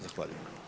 Zahvaljujem.